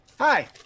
Hi